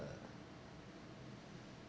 ~(uh)